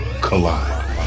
collide